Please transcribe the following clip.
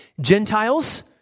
Gentiles